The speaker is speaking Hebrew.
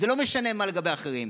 זה לא משנה מה לגבי האחרים.